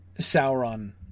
Sauron